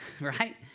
right